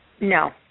No